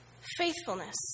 Faithfulness